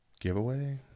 giveaway